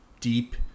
deep